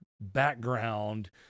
background